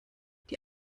die